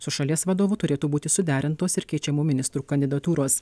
su šalies vadovu turėtų būti suderintos ir keičiamų ministrų kandidatūros